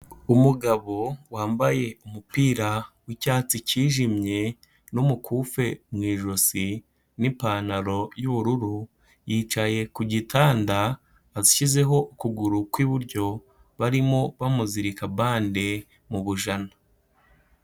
Umugabo wambaye umupira w'icyatsi cyijimye, n'umukufe mu ijosi, n'ipantaro y'ubururu, yicaye ku gitanda, ashyizeho ukuguru kw'iburyo, barimo bamuzirika bande mu bujana.